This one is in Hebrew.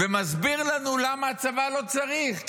ומסביר לנו למה הצבא לא צריך,